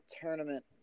tournament